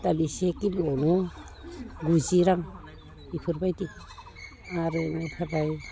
दालि से किल'आवनो गुजि रां बेफोरबायदि आरो इनिफ्राय